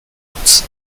hotz